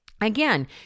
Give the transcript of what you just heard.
again